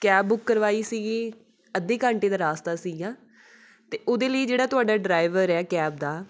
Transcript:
cab book ਕਰਵਾਈ ਸੀਗੀ ਅੱਧੇ ਘੰਟੇ ਦਾ ਰਸਤਾ ਸੀਗਾ ਅਤੇ ਉਹਦੇ ਲਈ ਜਿਹੜਾ ਤੁਹਾਡਾ ਡਰਾਇਵਰ ਹੈ ਕੈਬ ਦਾ